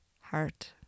Heart